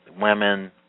women